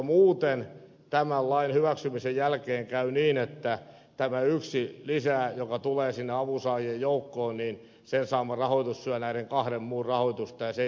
muuten tämän lain hyväksymisen jälkeen käy niin että tämän yhden joka tulee sinne avunsaajien joukkoon lisää saama rahoitus syö näiden kahden muun rahoitusta ja se ei tässä ole tarkoituksena